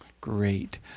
Great